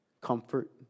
comfort